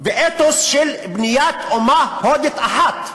ואתוס של בנייה אומה הודית אחת,